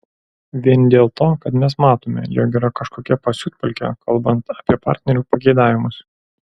vien dėl to kad mes matome jog yra kažkokia pasiutpolkė kalbant apie partnerių pageidavimus